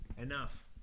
Enough